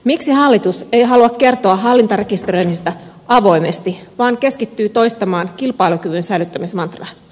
miksi hallitus ei halua kertoa hallintarekisteröinnistä avoimesti vaan keskittyy toistamaan kilpailukyvyn säilyttämismantraa